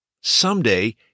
Someday